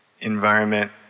environment